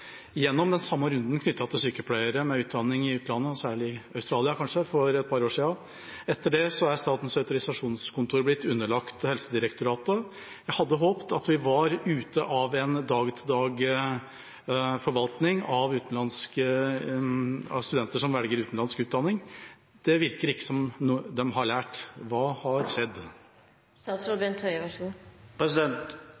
gjennom den samme runden knyttet til sykepleiere med utdanning i utlandet, kanskje særlig i Australia, for et par år siden. Etter det er Statens autorisasjonskontor for helsepersonell blitt underlagt Helsedirektoratet. Jeg hadde håpet at vi var ute av en dag-til-dag-forvaltning av studenter som velger utenlandsk utdanning. Det virker ikke som de har lært. Hva har